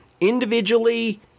individually